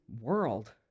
world